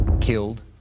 killed